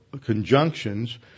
conjunctions